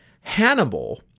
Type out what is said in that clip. Hannibal